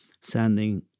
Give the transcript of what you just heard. sending